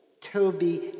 Toby